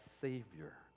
savior